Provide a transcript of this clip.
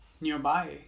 nearby